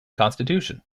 constitution